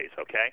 okay